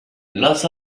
los